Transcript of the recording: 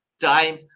time